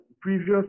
previous